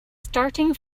starting